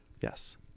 Yes